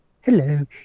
Hello